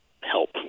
help